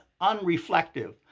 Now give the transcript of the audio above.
unreflective